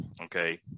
okay